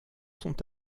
sont